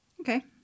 okay